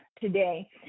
today